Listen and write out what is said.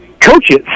Coaches